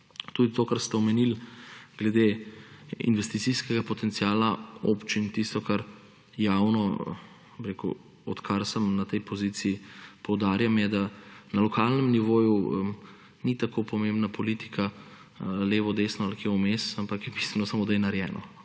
To je to, kar ste omenili glede investicijskega potenciala občin. Tisto, kar javno, odkar sem na tej poziciji, poudarjam, je, da na lokalnem nivoju ni tako pomembna politika levo, desno ali kje vmes, ampak je bistveno samo, da je narejeno.